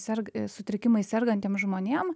serg sutrikimais sergantiems žmonėm